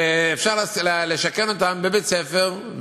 שאפשר לשכן אותם בבית-ספר.